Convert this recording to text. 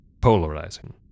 polarizing